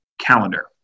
calendar